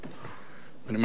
אני מאחל לו מקרב לב.